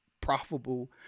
profitable